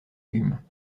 légumes